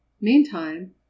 Meantime